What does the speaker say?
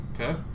Okay